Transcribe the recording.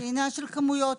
זה עניין של כמויות.